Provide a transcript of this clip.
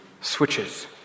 switches